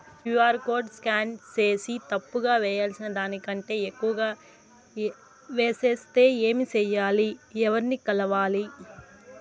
QR code scan సేసి తప్పు గా వేయాల్సిన దానికంటే ఎక్కువగా వేసెస్తే ఏమి సెయ్యాలి? ఎవర్ని కలవాలి?